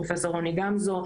פרופ' רוני גמזו,